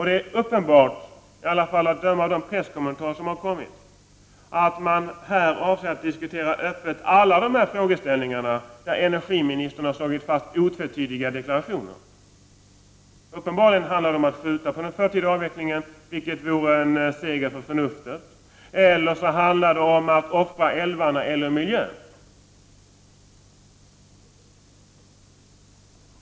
Det är uppenbart, i alla fall att döma av presskommentarerna, att man här avser att öppet diskutera alla frågor där energiministern slagit fast otvetydiga deklarationer. Uppenbarligen handlar det om att skjuta på den förtida avvecklingen, vilket vore en seger för förnuftet. Eller också handlar det om att offra älvarna eller miljön.